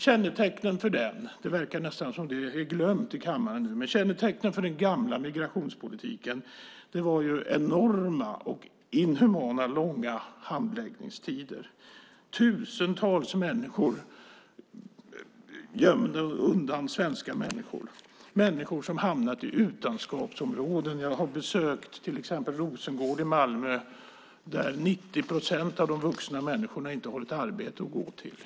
Kännetecknande för den gamla migrationspolitiken, och det verkar nästan vara glömt i kammaren, var enorma och inhumana handläggningstider. Tusentals människor gömdes undan av svenska människor. Det var människor som hamnade i utanförskapsområden. Jag har besökt till exempel Rosengård i Malmö där 90 procent av människorna inte har ett arbete att gå till.